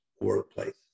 workplace